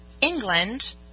England